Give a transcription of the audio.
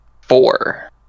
four